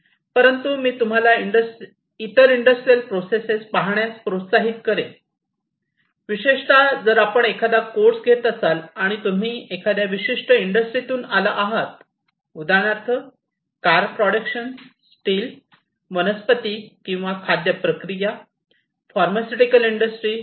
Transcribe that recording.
परंतु मी तुम्हाला इतर इंडस्ट्रियल प्रोसेस पाहण्यास प्रोत्साहित करीन विशेषत जर आपण एखादा कोर्स घेत असाल तर आणि तुम्ही एखाद्या विशिष्ट इंडस्ट्रीतून आला आहात उदाहरणार्थ कार प्रोडक्शन स्टील वनस्पती किंवा खाद्य प्रक्रिया किंवा फार्मास्युटिकल्स इंडस्ट्री